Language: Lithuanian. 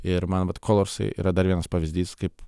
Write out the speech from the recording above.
ir man vat kolorsai yra dar vienas pavyzdys kaip